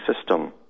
system